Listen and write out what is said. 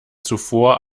zuvor